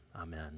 Amen